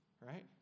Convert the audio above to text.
right